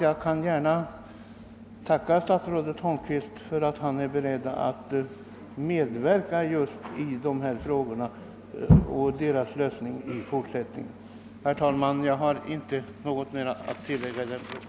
Jag vill tacka statsrådet Holmqvist för att han är beredd att medverka till dessa frågors fortsatta lösning. Herr talman! Jag har utöver detta inget att tillägga i denna fråga.